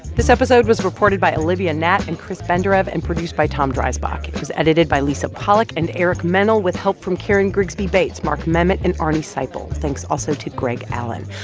this episode was reported by olivia natt and chris benderev and produced by tom dreisbach. it was edited by lisa pollak and eric mennel with help from karen grigsby bates, bates, mark memmott and arnie seipel. thanks also to greg allen.